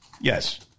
yes